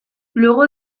luego